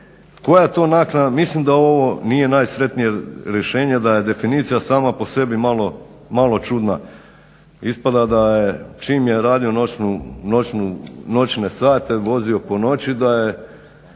Koja to naknada, mislim da ovo nije najsretnije rješenje da je definicija sama po sebi malo čudna. Ispada da je, čim je radio noćne sate, vozio po noći da je,